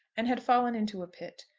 and had fallen into a pit.